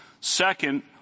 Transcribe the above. Second